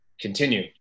continue